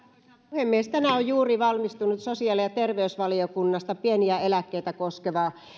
puhemies tänään on juuri valmistunut sosiaali ja terveysvaliokunnasta pieniä eläkkeitä